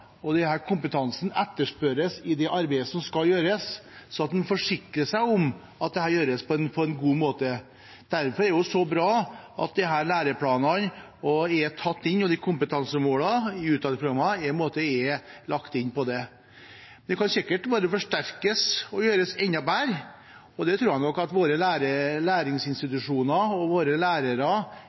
kompetansen etterspørres i det arbeidet som skal gjøres, sånn at en forsikrer seg om at dette gjøres på en god måte. Derfor er det så bra at disse læreplanene er tatt inn, at kompetansemålene i utdanningsprogrammene på en måte er lagt inn i det. Det kan sikkert forsterkes og gjøres enda bedre. Jeg tror nok at våre læringsinstitusjoner og